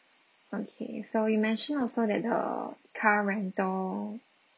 okay so you mentioned also that uh car rental